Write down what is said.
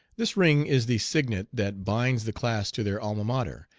this ring is the signet that binds the class to their alma mater,